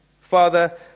Father